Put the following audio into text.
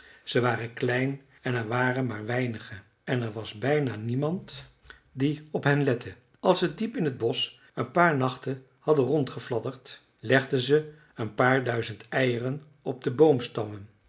ze waren klein en er waren maar weinige en er was bijna niemand die op hen lette als ze diep in t bosch een paar nachten hadden rondgefladderd legden ze een paar duizend eieren op de boomstammen